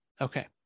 okay